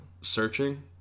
Searching